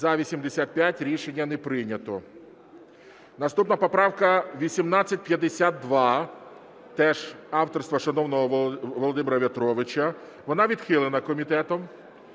За-85 Рішення не прийнято. Наступна поправка 1852 теж авторства шановного Володимира В'ятровича. Вона відхилена комітетом,